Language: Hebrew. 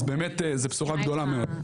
אז באמת זה בשורה גדולה מאוד.